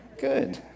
Good